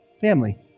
Family